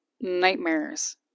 nightmares